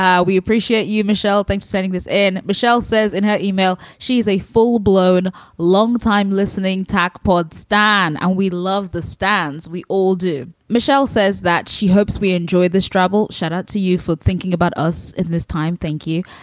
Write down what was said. we appreciate you, michelle. thanks. setting this in. michelle says in her e-mail she's a full blown longtime listening tack pod, stan. and we love the stands. we all do. michelle says that she hopes we enjoy the struggle. shout out to you for thinking about us in this time. thank you.